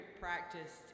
practiced